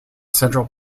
central